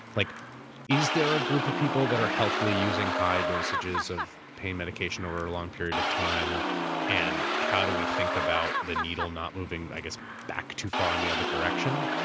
like is there a group of people that are healthily using high dosages of pain medication over a long period of time and how do we think about the needle not moving, i guess back too far in the other direction?